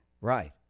Right